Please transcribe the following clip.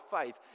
faith